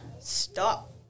Stop